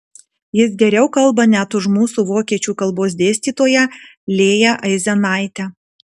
jis geriau kalba net už mūsų vokiečių kalbos dėstytoją lėją aizenaitę